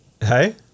Hey